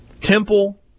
Temple